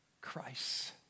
Christ